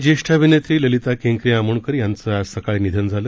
ज्येष्ठ अभिनेत्री ललिता केंकरे आमोणकर यांचं आज सकाळी निधन झालं